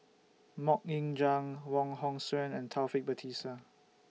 Mok Ying Jang Wong Hong Suen and Taufik Batisah